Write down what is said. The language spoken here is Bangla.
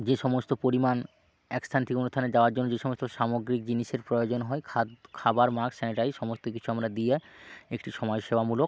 যে সমস্ত পরিমাণ এক স্থান থেকে অন্য স্থানে যাওয়ার জন্য যে সমস্ত সামগ্রিক জিনিসের প্রয়োজন হয় খাবার মাস্ক স্যানিটাইজার সমস্ত কিছু আমরা দিয়ে একটি সমাজসেবামূলক